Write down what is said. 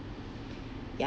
ya